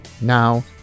now